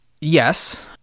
yes